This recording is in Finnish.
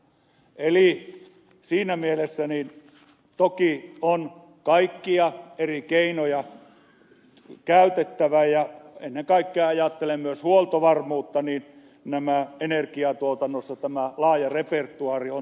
eli siinä mielessä toki on kaikkia eri keinoja käytettävä ja ennen kaikkea ajatellen myös huoltovar muutta energiatuotannossa tämä laaja repertuaari on tarpeen